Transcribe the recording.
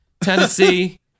Tennessee